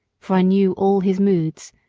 for i knew all his moods,